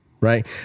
Right